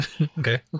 Okay